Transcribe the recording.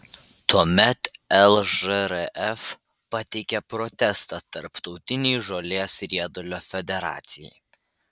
tuomet lžrf pateikė protestą tarptautinei žolės riedulio federacijai